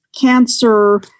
cancer